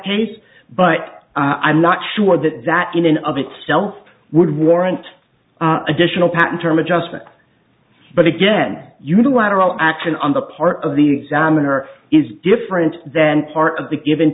case but i'm not sure that that in and of itself would warrant additional patent term adjustment but again unilateral action on the part of the examiner is different than part of the given